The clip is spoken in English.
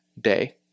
day